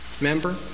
member